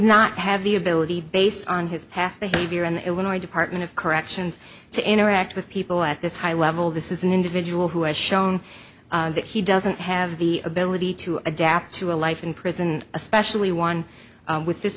not have the ability based on his past behavior in the illinois department of corrections to interact with people at this high level this is an individual who has shown that he doesn't have the ability to adapt to a life in prison especially one with this